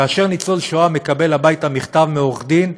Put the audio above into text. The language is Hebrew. כאשר ניצול שואה מקבל הביתה מכתב מעורך דין,